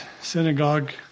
synagogue